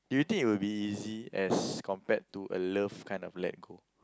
do you think it will be easy as compared to a love kind of let go